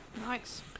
nice